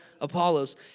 Apollos